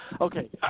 Okay